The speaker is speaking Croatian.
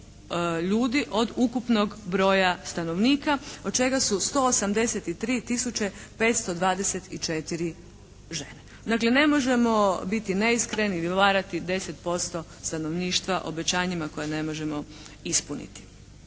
ljudi od ukupnog broja stanovnika od čega su 183 tisuće 524 žene. Dakle, ne možemo biti neiskreni i varati 10% stanovništva obećanjima koja ne možemo ispuniti.